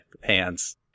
hands